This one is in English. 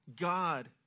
God